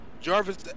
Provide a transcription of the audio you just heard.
Jarvis